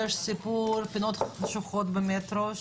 יש סיפור של פינות חשוכות במטרו,